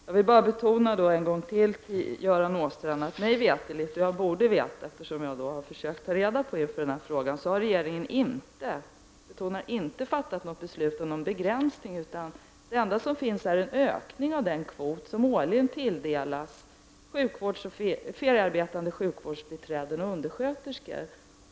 Fru talman! Jag vill än en gång betona för Göran Åstrand att mig veterligt — jag borde veta, eftersom jag har tagit reda på det inför denna fråga — har regeringen inte fattat beslut om någon begränsning. Däremot finns det en ökning av den kvot som årligen tilldelas feriearbetande sjukvårdsbiträden och undersköterskor.